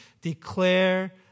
declare